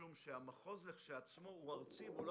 משום שהמחוז כשלעצמו הוא ארצי והוא לא